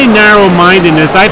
narrow-mindedness